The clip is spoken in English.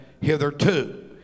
hitherto